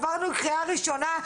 עברנו קריאה ראשונה.